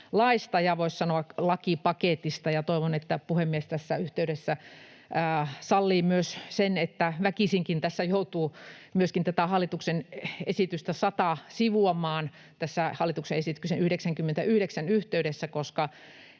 ja, voisi sanoa, lakipaketista. Toivon, että puhemies tässä yhteydessä sallii sen, että väkisinkin joutuu myöskin tätä hallituksen esitystä 100 sivuamaan tässä hallituksen esityksen 99 yhteydessä, koska